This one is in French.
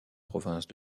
provinces